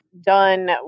done